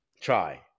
Try